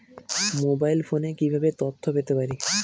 Mobile ফোনে কিভাবে তথ্য পেতে পারি?